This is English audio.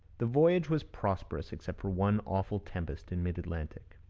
the voyage was prosperous, except for one awful tempest in mid-atlantic,